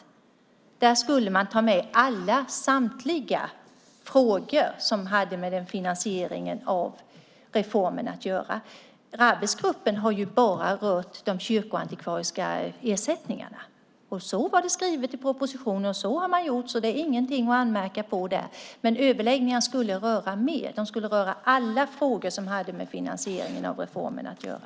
I dem skulle man ta med samtliga frågor som hade med finansieringen av reformen att göra. Arbetsgruppen har ju bara rört de kyrkoantikvariska ersättningarna. Så var det skrivet i propositionen och så har man gjort. Det är ingenting att anmärka på där, men överläggningarna skulle röra mer. De skulle röra alla frågor som hade med finansieringen av reformen att göra.